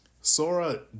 Sora